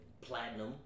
platinum